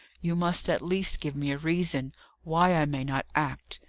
you must at least give me a reason why i may not act.